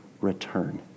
return